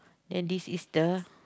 then this is the